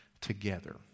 together